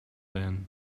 then